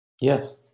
Yes